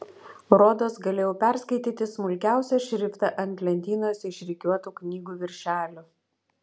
rodos galėjau perskaityti smulkiausią šriftą ant lentynose išrikiuotų knygų viršelių